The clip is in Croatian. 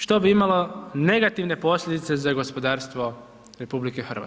Što bi imalo negativne posljedice za gospodarstvo RH.